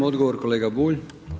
Odgovor kolega Bulj.